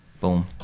boom